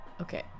okay